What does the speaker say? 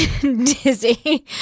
dizzy